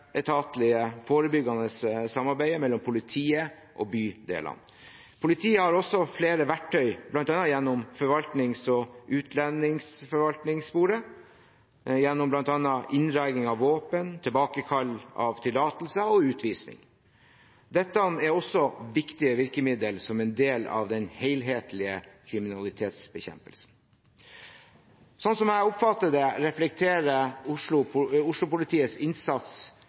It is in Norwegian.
forebyggende samarbeidet mellom politiet og bydelene. Politiet har også flere verktøy, bl.a. gjennom forvaltnings- og utlendingsforvaltningssporet, gjennom bl.a. inndragelse av våpen, tilbakekall av tillatelse og utvisning. Dette er også viktige virkemiddel som en del av den helhetlige kriminalitetsbekjempelsen. Sånn som jeg oppfatter det, reflekterer